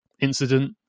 Incident